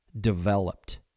developed